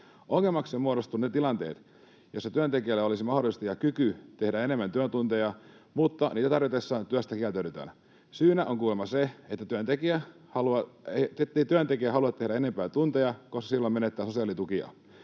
Ongelmaksi ovat muodostuneet ne tilanteet, joissa työntekijällä olisi mahdollisuus ja kyky tehdä enemmän työtunteja, mutta niitä tarjotessa työstä kieltäydytään. Syynä on kuulemma se, ettei työntekijä halua tehdä enempää tunteja, koska silloin menettää sosiaalitukia.